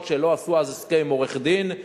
אף שלא עשו אז הסכם עם עורך-דין,